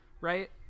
right